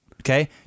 Okay